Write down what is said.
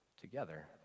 together